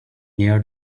near